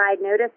notice